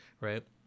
right